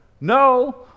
no